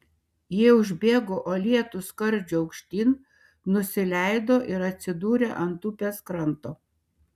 jie užbėgo uolėtu skardžiu aukštyn nusileido ir atsidūrė ant upės kranto